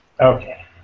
Okay